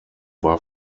war